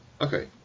Okay